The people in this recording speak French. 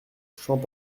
champs